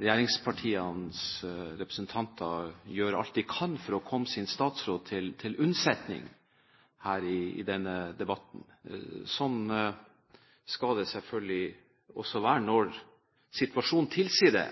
regjeringspartienes representanter gjør alt de kan for å komme sin statsråd til unnsetning her i denne debatten. Sånn skal det selvfølgelig også være når situasjonen tilsier det,